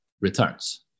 returns